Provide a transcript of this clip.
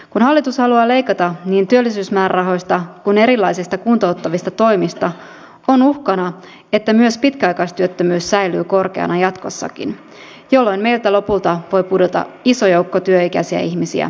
kun hallitus haluaa leikata niin työllisyysmäärärahoista kuin erilaisista kuntouttavista toimista on uhkana että myös pitkäaikaistyöttömyys säilyy korkeana jatkossakin jolloin meillä lopulta voi pudota iso joukko työikäisiä ihmisiä työmarkkinoilta